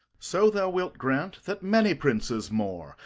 so thou wilt grant that many princes more,